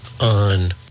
on